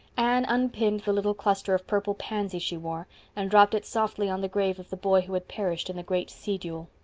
anne unpinned the little cluster of purple pansies she wore and dropped it softly on the grave of the boy who had perished in the great sea-duel.